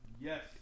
Yes